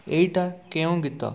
ଏଇଟା କେଉଁ ଗୀତ